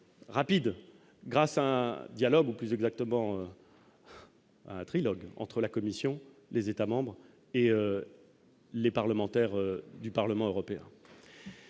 rapide grâce à dialogue ou, plus exactement. Un trilogue entre la Commission, les États membres et les parlementaires du Parlement européen.